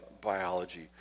biology